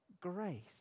grace